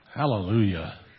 Hallelujah